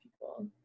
people